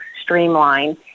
streamline